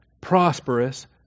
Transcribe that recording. prosperous